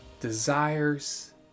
desires